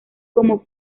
como